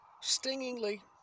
stingingly